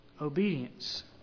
obedience